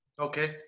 Okay